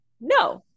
No